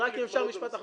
אז רק אם אפשר משפט אחרון,